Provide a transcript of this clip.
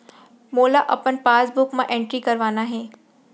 मोला अपन पासबुक म एंट्री करवाना हे?